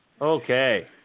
Okay